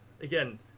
again